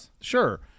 Sure